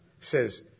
says